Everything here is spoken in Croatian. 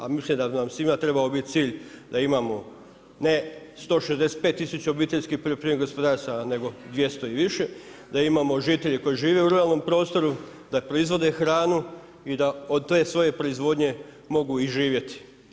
A mislim da bi nam svima trebao biti cilj da imamo ne 165 tisuća obiteljskih poljoprivrednih gospodarstava nego 200 i više, da imamo žitelje koji žive u ruralnom prostoru, da proizvode hranu i da od te svoje proizvodnje mogu i živjeti.